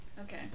Okay